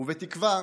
ובתקווה